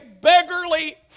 beggarly